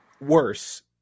worse